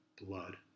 blood